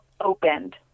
opened